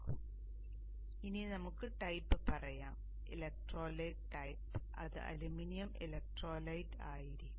അതിനാൽ ഇനി നമുക്ക് ടൈപ്പ് പറയാം ഇലക്ട്രോലൈറ്റ് ടൈപ്പ് അത് അലുമിനിയം ഇലക്ട്രോലൈറ്റ് ആയിരിക്കും